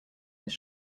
his